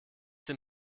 dem